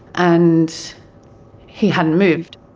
and he hadn't moved.